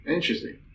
Interesting